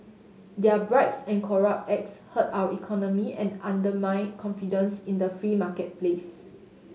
their bribes and corrupt acts hurt our economy and undermine confidence in the free marketplace